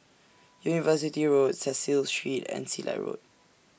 University Road Cecil Street and Silat Road